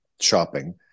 shopping